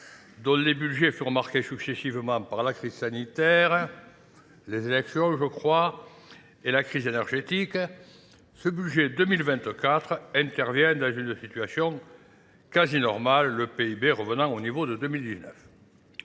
dont les budgets furent marqués successivement par la crise sanitaire, les élections, je crois, et la crise énergétique, ce budget 2024 intervient dans une situation quasi normale, le PIB revenant au niveau de 2019.